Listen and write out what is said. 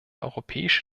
europäische